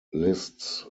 lists